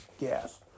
gas